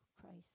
Christ